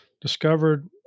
discovered